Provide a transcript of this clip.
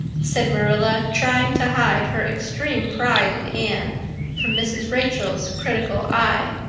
said marilla, trying to hide her extreme pride in anne from mrs. rachel's critical eye.